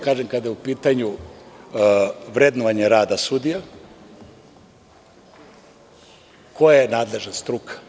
Kada je u pitanju vrednovanje rada sudija, koja je nadležna struka?